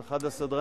את אחד הסדרנים,